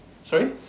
sorry